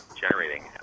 generating